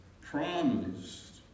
promised